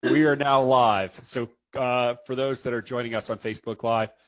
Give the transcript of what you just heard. we are now live! so for those that are joining us on facebook live,